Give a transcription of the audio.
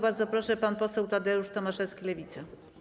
Bardzo proszę, pan poseł Tadeusz Tomaszewski, Lewica.